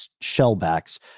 shellbacks